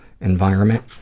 environment